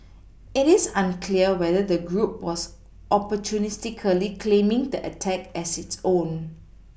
it is unclear whether the group was opportunistically claiming the attack as its own